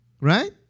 Right